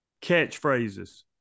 catchphrases